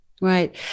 Right